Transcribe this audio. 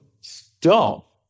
stop